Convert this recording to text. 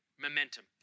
momentum